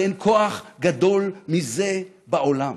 ואין כוח גדול מזה בעולם.